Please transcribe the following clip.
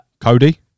Cody